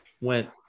went